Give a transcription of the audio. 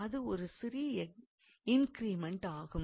அது ஒரு சிறிய இன்கிரிமெண்ட் ஆகும்